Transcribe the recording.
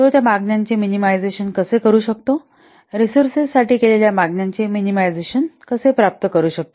तो मागण्यांचे मिनिमायझशन कसे करू शकतो रिसोर्सससाठी केलेल्या मागण्यांचे मिनिमायझशन कसे प्राप्त करू शकतो